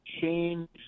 change